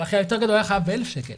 אבל אחי היותר גדול היה חייב באלף שקל.